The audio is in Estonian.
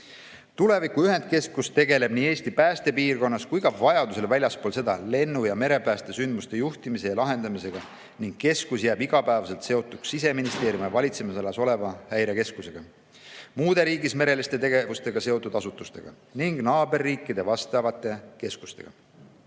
Tuleviku ühendkeskus tegeleb nii Eesti päästepiirkonnas kui ka vajaduse korral väljaspool seda lennu‑ ja merepäästesündmuste juhtimise ja lahendamisega. Keskus jääb igapäevaselt seotuks Siseministeeriumi valitsemisalas oleva Häirekeskusega, muude riigis mereliste tegevustega seotud asutustega ning naaberriikide vastavate keskustega.